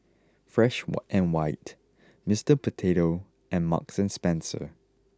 fresh water and white Mr Potato and Marks Spencer